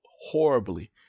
horribly